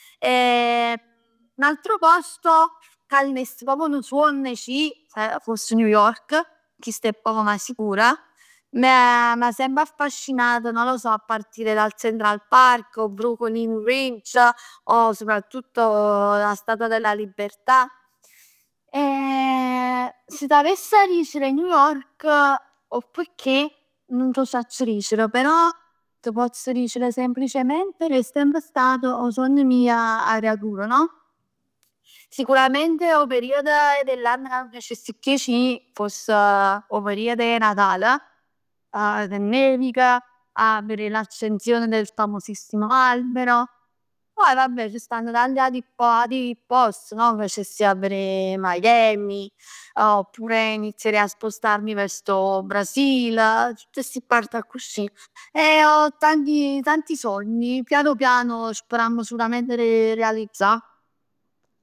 Un altro posto ca teness proprio nu suonn 'e c' ji, foss proprio New York, chest è poc ma sicur, m'ha semp affascinato, non lo so, a partire dal Central Park, 'o Brooklyn Bridge, o soprattutto 'a Statua della Libertà. Si t'avesse dicere New York 'o pecchè, nun t' 'o sacc dicere, però t' pozz dicere semplicemente che è semp stat 'o sogn meje da creatur no? Sicuramente 'o periodo dell'anno ca m' piacess chiù e c' jì foss 'o periodo 'e Natal, che nevica, a verè l'accenzione del famosissimo albero. Poi vabbe ci stanno tanti ati post, no? M' piacess glì 'a verè Miami, oppure inizierei a spostarmi verso 'o Brasil. Tutt sti part accussì. E ho tanti tanti sogni che piano piano speramm sulament 'a de 'e realizzà.